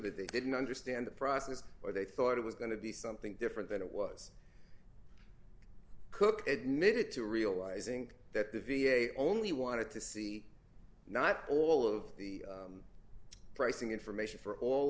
that they didn't understand the process or they thought it was going to be something different than it was cooked admitted to realizing that the v a only wanted to see not all of the pricing information for all